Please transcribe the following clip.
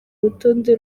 rutonde